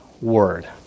word